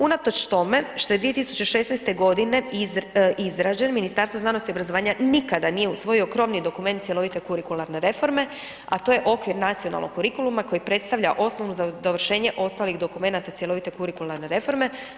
Unatoč tome što je 2016. g. izrađen, Ministarstvo znanosti i obrazovanja nikada nije usvojio krovni dokument cjelovite kurikularne reforme, a to je okvir nacionalnog kurikuluma koji predstavlja osnovu za dovršenje ostalih dokumenata cjelovite kurikularne reforme.